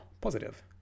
positive